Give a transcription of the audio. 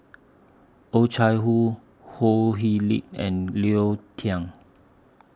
Oh Chai Hoo Ho Hee Lick and Leo Thang